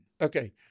okay